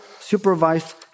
supervised